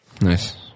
nice